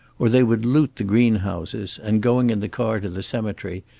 or they would loot the green houses and, going in the car to the cemetery,